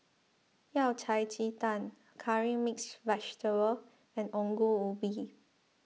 Yao Cai Ji Tang Curry Mixed Vegetable and Ongol Ubi